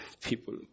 people